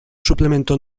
suplemento